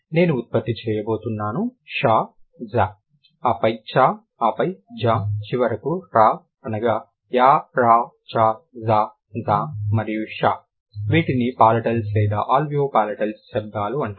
నేను ఉత్పత్తి చేయబోతున్నాను ష ఝ ఆపై చ ఆపై ఝ ఆపై చివరకు ర అనగా Ya ra cha jha zha మరియు sha వీటిని పాలటల్స్ లేదా అల్వియోపలాటల్స్ శబ్దాలు అంటారు